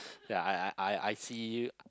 ya I I I I see